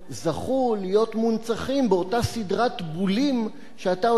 זכו להיות מונצחים באותה סדרת בולים שאתה הוצאת